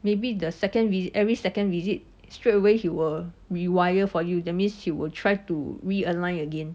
maybe the second vis~ every second visit straight away he will rewire for you that means he will try to realign again